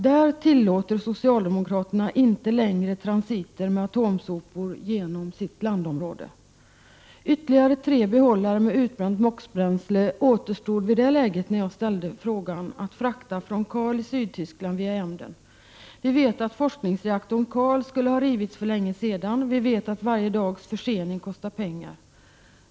Där tillåter socialdemokraterna inte längre transit av atomsopor genom landområdet. När jag ställde frågan återstod tre behållare med utbränt MOX-bränsle att frakta från Karl i Sydtyskland via Emden. Vi vet att forskningsreaktorn Karl skulle ha rivits för länge sedan, och vi vet att varje dags försening kostar pengar.